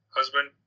husband